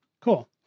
Cool